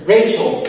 Rachel